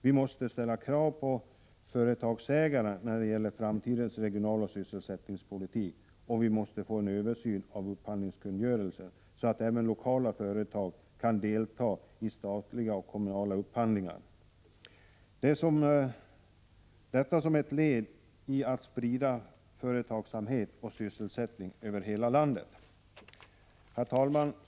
Vi måste ställa krav på företagsägarna när det gäller framtidens regionaloch sysselsättningspolitik, och vi måste få en översyn av upphandlingskungörelsen, så att även lokala företag kan delta i statliga och kommunala upphandlingar, detta som ett led i en framtida företagsamhet och sysselsättning över hela landet. Herr talman!